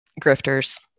Grifters